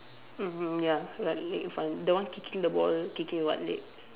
mm ya like leg in front the one kicking the ball kicking with what leg